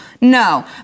no